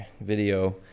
video